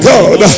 God